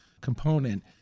component